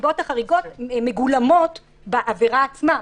הנסיבות החריגות מגולמות בעבירה עצמה,